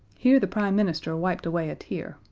here the prime minister wiped away a tear,